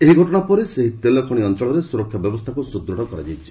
ଏହି ଘଟଣା ପରେ ସେହି ତେଲ ଖଣି ଅଞ୍ଚଳରେ ସ୍ୱରକ୍ଷା ବ୍ୟବସ୍ଥାକୁ ସୁଦୃଢ଼ କରାଯାଇଛି